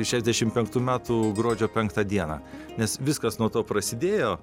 šešiasdešim penktų metų gruodžio penktą dieną nes viskas nuo to prasidėjo